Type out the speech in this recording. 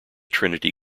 trinity